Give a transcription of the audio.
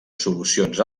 solucions